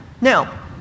Now